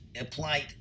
applied